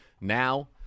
now